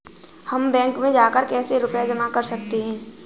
हम बैंक में जाकर कैसे रुपया जमा कर सकते हैं?